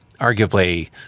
arguably –